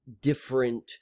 different